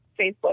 Facebook